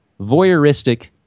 voyeuristic